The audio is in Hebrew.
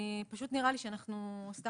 אני פשוט נראה לי שאנחנו סתם.